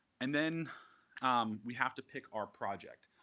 and then um we have to pick our project.